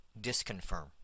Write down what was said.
disconfirm